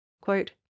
Quote